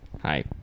Hi